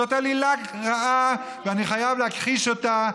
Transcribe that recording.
זו עלילה רעה, ואני חייב להכחיש אותה.